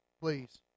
please